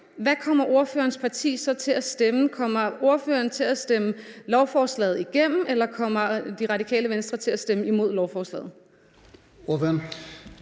hvad kommer ordførerens parti så til at stemme? Kommer ordføreren til at stemme lovforslaget igennem, eller kommer Radikale Venstre til at stemme imod lovforslaget?